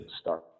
start